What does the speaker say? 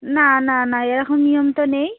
না না না এরকম নিয়ম তো নেই